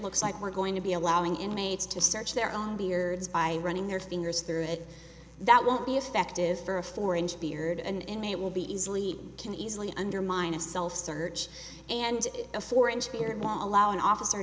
looks like we're going to be allowing inmates to search their own beards by running their fingers through it that won't be effective for a four inch beard an inmate will be easily can easily undermine a self search and a four inch beard all allow an officer